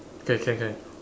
can can can